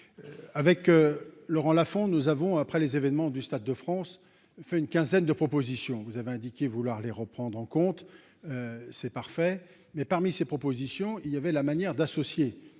avec Laurent Lafon nous avons après les événements du Stade de France fait une quinzaine de propositions, vous avez indiqué vouloir les reprendre en compte c'est parfait mais parmi ces propositions, il y avait la manière d'associer